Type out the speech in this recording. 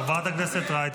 חברת הכנסת רייטן מרום.